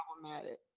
problematic